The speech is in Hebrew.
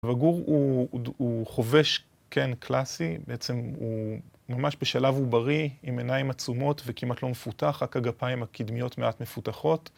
וגור הוא חובש כן קלאסי, בעצם הוא ממש בשלב בריא עם עיניים עצומות וכמעט לא מפותח, רק הגפיים הקדמיות מעט מפותחות